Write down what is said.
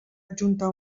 adjuntar